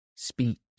Speech